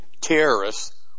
terrorists